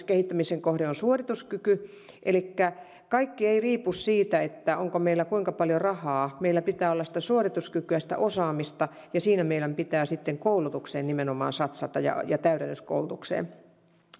kehittämisen kohde on suorituskyky elikkä kaikki ei riipu siitä onko meillä kuinka paljon rahaa meillä pitää olla sitä suorituskykyä sitä osaamista ja siinä meidän pitää sitten koulutukseen ja ja täydennyskoulutukseen nimenomaan satsata